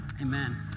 Amen